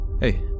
Hey